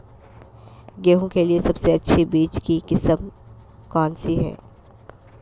गेहूँ के लिए सबसे अच्छी बीज की किस्म कौनसी है?